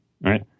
right